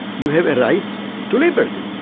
you have a right to liberty,